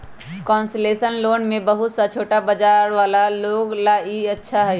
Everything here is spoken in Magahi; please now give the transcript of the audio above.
कोन्सेसनल लोन में बहुत सा छोटा रोजगार वाला लोग ला ई अच्छा हई